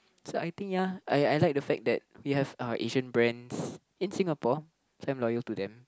so I think ya I I like the fact that we have our Asian brands in Singapore so I'm loyal to them